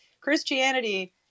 Christianity